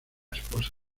esposa